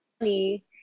money